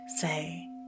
say